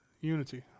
unity